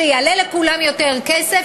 שזה יעלה לכולם יותר כסף,